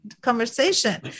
conversation